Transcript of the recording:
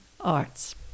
Arts